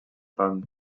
fang